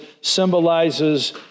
symbolizes